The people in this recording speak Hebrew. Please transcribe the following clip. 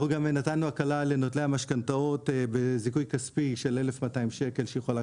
אנחנו גם נתנו הקלה לנוטלי המשכנתאות בזיכוי כספי של 1,200 שקל שיחולק